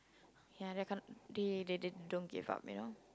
ya that kind they they don't give up you know